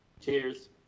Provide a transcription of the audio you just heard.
cheers